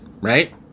right